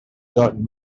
gotten